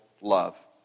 love